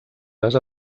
les